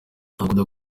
akunda